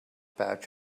patch